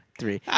three